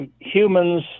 humans